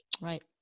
Right